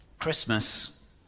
Christmas